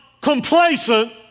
complacent